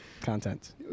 content